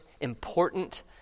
important